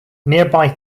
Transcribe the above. nearby